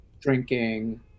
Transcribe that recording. drinking